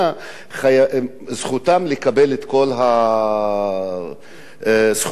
זכותם לקבל את כל הזכויות שלהם.